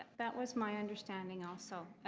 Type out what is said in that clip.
that was my understanding also.